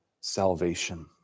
salvation